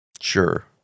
Sure